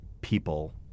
people